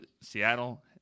Seattle